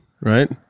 right